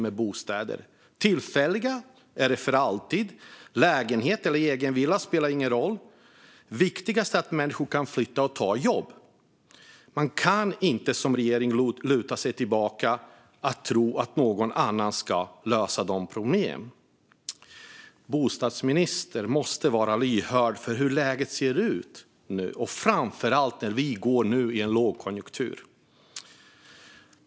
Om de är tillfälliga eller för alltid spelar ingen roll. Om det är lägenheter eller villor spelar ingen roll. Viktigast är att människor kan flytta och ta jobb. Man kan inte som regering luta sig tillbaka och tro att någon annan ska lösa problemen. Bostadsministern måste vara lyhörd för hur läget ser ut, framför allt när vi nu går in i en lågkonjunktur.